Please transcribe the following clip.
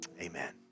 Amen